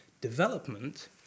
development